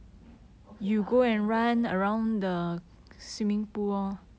okay lah I can go treadmill lah